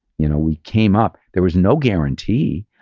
you know we came up, there was no guarantee.